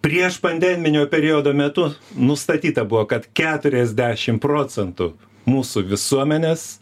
priešpandeminio periodo metu nustatyta buvo kad keturiasdešimt procentų mūsų visuomenės